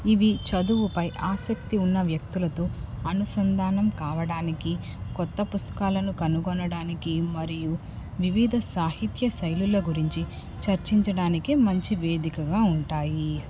ఇవి చదువుపై ఆసక్తి ఉన్న వ్యక్తులతో అనుసంధానం కావడానికి కొత్త పుస్తకాలను కనుగొనడానికి మరియు వివిధ సాహిత్య శైలుల గురించి చర్చించడానికి మంచి వేదికగా ఉంటాయి